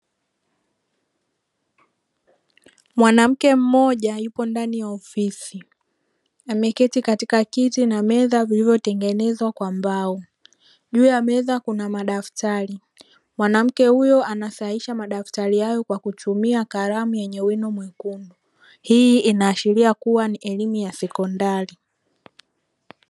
Mwanamke mmoja yupo ndani ya ofisi, ameketi katika kiti na meza vilivyotengenezwa kwa mbao; juu ya meza kuna madaftari. Mwanamke huyo anasahisha madaftari hayo kwa kutumia kalamu yenye wini mwekundu, hii inaashiria kuwa ni elimu ya sekondari.